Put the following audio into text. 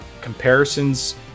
comparisons